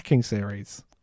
series